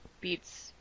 beats